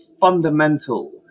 fundamental